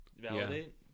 Validate